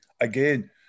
again